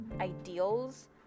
ideals